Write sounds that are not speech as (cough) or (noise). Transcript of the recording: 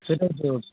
সেটা (unintelligible)